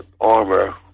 armor